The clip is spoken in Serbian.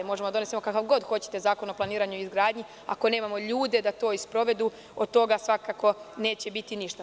Možemo da donesemo kakav god hoćete Zakon o planiranju i izgradnji, ako nemamo ljude da to i sprovedu, od toga svakako neće biti ništa.